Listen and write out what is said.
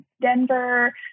Denver